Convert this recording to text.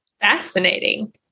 Fascinating